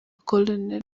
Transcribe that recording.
col